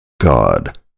God